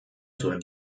zuen